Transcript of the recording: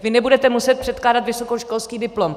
Vy nebudete muset předkládat vysokoškolský diplom.